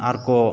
ᱟᱨᱠᱚ